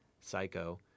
Psycho